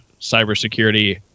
cybersecurity